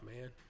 man